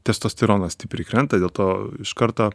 testosteronas stipriai krenta dėl to iš karto